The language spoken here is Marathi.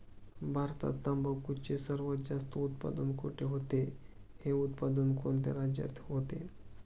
भारतात तंबाखूचे सर्वात जास्त उत्पादन कोठे होते? हे उत्पादन कोणत्या राज्यात होते?